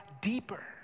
deeper